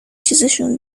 چیزشون